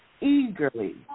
eagerly